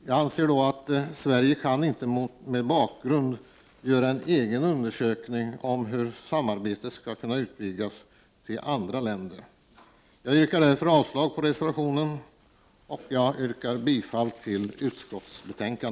Mot den bakgrunden kan inte Sverige göra en egen undersökning av hur samarbetet skall kunna utvidgas till andra länder. Jag yrkar därför avslag på reservationen och bifall till utskottets hemställan.